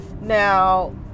Now